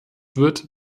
wird